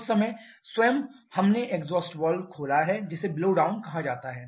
उस समय स्वयं हमने एग्जॉस्ट वॉल्व खोला है जिसे ब्लोडाउन कहा जाता है